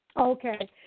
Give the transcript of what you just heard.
Okay